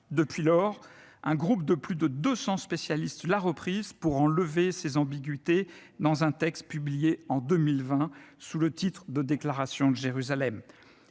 Depuis lors, un groupe de plus de deux cents spécialistes l'a reprise pour en lever les ambiguïtés dans un texte publié en 2020 sous le titre de Déclaration de Jérusalem.